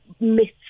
myths